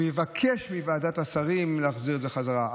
הוא יבקש מוועדת השרים להחזיר את זה חזרה.